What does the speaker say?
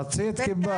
רצית קיבלת.